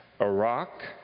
Iraq